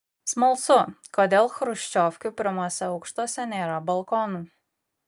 smalsu kodėl chruščiovkių pirmuose aukštuose nėra balkonų